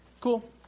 Cool